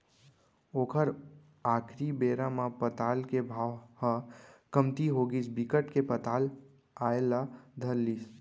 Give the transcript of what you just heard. ओखर आखरी बेरा म पताल के भाव ह कमती होगिस बिकट के पताल आए ल धर लिस